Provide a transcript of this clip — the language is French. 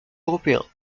européen